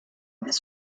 this